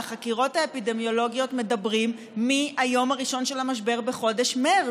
על החקירות האפידמיולוגיות מדברים מהיום הראשון של המשבר בחודש מרץ,